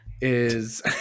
is-